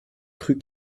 cru